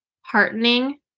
heartening